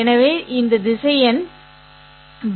எனவே இந்த திசையன் V